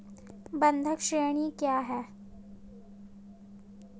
बंधक ऋण क्या है?